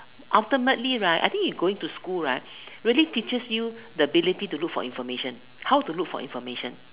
ultimately right I think going to school right really reaches you the ability to look for information how to look for information